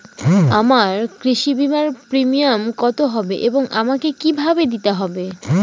আমার কৃষি বিমার প্রিমিয়াম কত হবে এবং আমাকে কি ভাবে দিতে হবে?